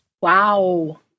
Wow